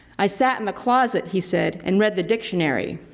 i sat in the closet, he said, and read the dictionary.